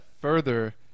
further